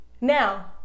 Now